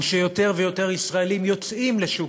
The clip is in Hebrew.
הוא שיותר ויותר ישראלים יוצאים לשוק